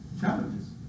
challenges